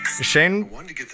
Shane